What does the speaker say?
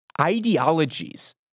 ideologies